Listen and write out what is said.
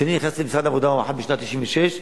כשאני נכנסתי למשרד העבודה והרווחה בשנת 1996,